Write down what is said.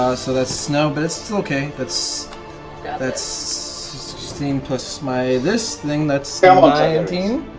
so that's no, but it's still okay. that's yeah that's sixteen plus my this thing, that's so nineteen?